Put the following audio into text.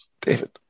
David